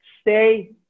stay